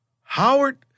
Howard